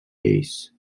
lleis